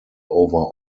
over